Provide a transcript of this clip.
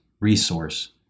resource